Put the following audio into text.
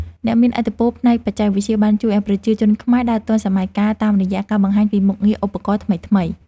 អ្នកមានឥទ្ធិពលផ្នែកបច្ចេកវិទ្យាបានជួយឱ្យប្រជាជនខ្មែរដើរទាន់សម័យកាលតាមរយៈការបង្ហាញពីមុខងារឧបករណ៍ថ្មីៗ។